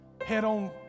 head-on